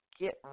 get